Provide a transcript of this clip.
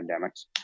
pandemics